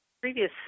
previous